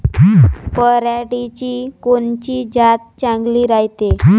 पऱ्हाटीची कोनची जात चांगली रायते?